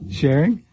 sharing